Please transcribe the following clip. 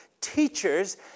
teachers